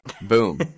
Boom